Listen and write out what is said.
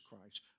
Christ